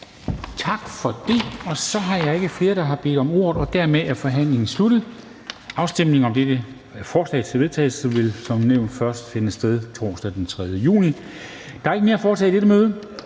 Tak for det. Så har jeg ikke flere, der har bedt om ordet. Dermed er forhandlingen sluttet. Afstemning om forslaget til vedtagelse vil som nævnt først finde sted torsdag den 3. juni 2021. --- Kl. 22:46 Meddelelser